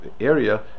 area